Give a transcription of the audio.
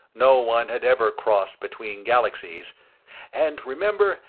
no one had ever crossed between galaxies and remember,